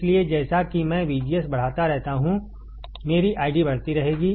इसलिए जैसा कि मैं VGS बढ़ाता रहता हूं मेरी आईडी बढ़ती रहेगी